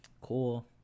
Cool